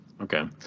okay